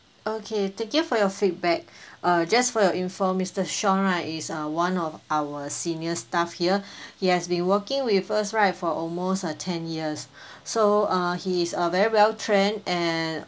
okay thank you for your feedback uh just for your info mister sean right is uh one of our senior staff here he has been working with us right for almost uh ten years so uh he is a very well-trained and